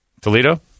Toledo